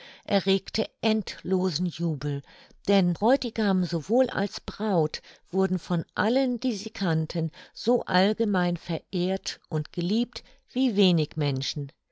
erregte endlosen jubel denn bräutigam sowohl als braut wurden von allen die sie kannten so allgemein verehrt und geliebt wie wenig menschen